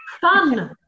fun